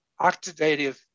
oxidative